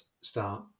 start